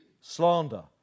slander